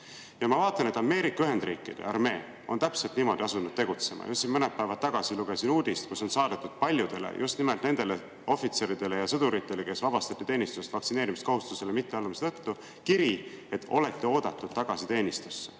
Ma vaatan, et Ameerika Ühendriikide armee on täpselt niimoodi asunud tegutsema. Just mõned päevad tagasi lugesin uudist, et on saadetud paljudele – just nimelt nendele ohvitseridele ja sõduritele, kes vabastati teenistusest vaktsineerimiskohustusele mitteallumise tõttu – kiri, et olete oodatud tagasi teenistusse.